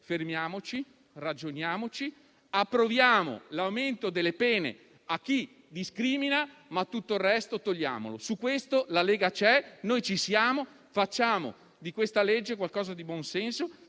fermiamoci, ragioniamoci e approviamo l'aumento delle pene per chi discrimina, ma tutto il resto togliamolo. Su questo la Lega c'è, noi ci siamo; facciamo di questa legge qualcosa di buon senso